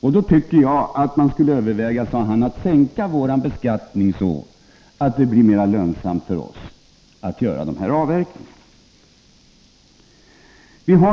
Jag tycker därför, sade han, att man skall överväga att sänka beskattningen för oss, så att det blir mera lönsamt för oss att göra avverkningarna.